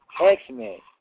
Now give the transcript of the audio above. X-Men